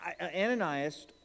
Ananias